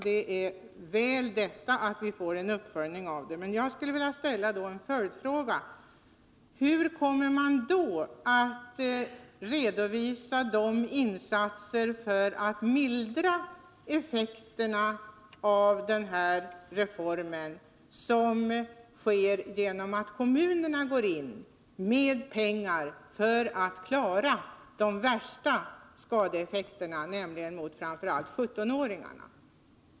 Det är gott och väl att vi får en uppföljning av den, men jag skulle vilja ställa en följdfråga: Hur kommer man då att redovisa de insatser för att lindra de ekonomiska effekter av denna reform som uppstår genom att kommunerna går in med pengar för att mildra de värsta skadeeffekterna framför allt för 17-åringarna?